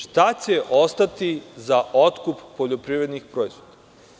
Šta će ostati za otkup poljoprivrednih proizvoda?